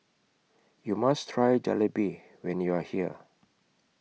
YOU must Try Jalebi when YOU Are here